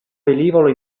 velivolo